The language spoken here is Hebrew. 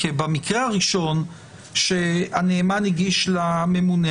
במקרה הראשון שהנאמן הגיש לממונה,